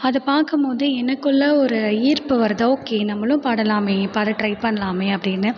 அதை பார்க்கம்போதே எனக்குள்ள ஒரு ஈர்ப்பு வருது ஓகே நம்மளும் பாடலாமே பாட ட்ரை பண்ணலாமே அப்படின்னு